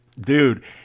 Dude